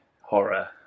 horror